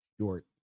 short